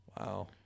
Wow